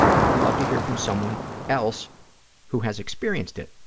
and i would love to hear from someone else who has experienced it.